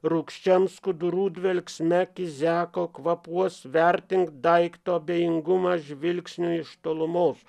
rūgščiam skudurų dvelksme kyzeko kvapuos vertink daikto abejingumą žvilgsniu iš tolumos